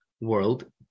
world